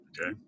okay